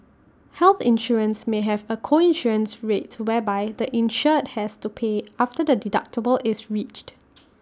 health insurance may have A co insurance rate whereby the insured has to pay after the deductible is reached